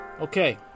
Okay